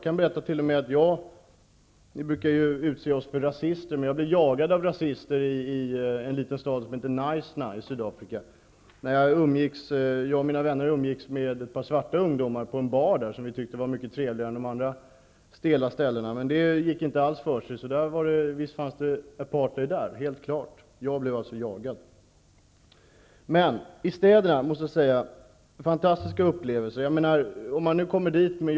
Man brukar kalla oss för rasister, men jag kan berätta att jag blev jagad av rasister i en liten stad i Sydafrika. Jag och mina vänner umgicks med ett par svarta ungdomar på en bar som vi tyckte var mycket trevligare än de andra stela ställena. Men det gick inte alls för sig. Visst fanns det apartheid. Jag blev alltså jagad. I städerna måste jag säga att jag har haft fantastiska upplevelser.